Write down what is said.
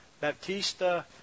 Baptista